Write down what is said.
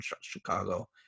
Chicago